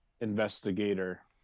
investigator